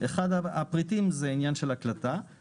אחד הפריטים זה עניין של הקלטה,